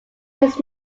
his